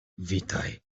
witaj